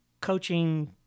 coaching